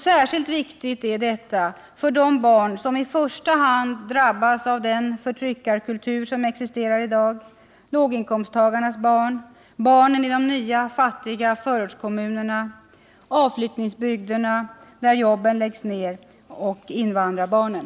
Särskilt viktigt är detta för de barn som i första hand drabbas av den förtryckarkultur som existerar i dag: låginkomsttagarnas barn, barnen i de nya fattiga förortskommunerna och i avfolkningsbygderna, där jobben försvinner, och invandrarbarnen.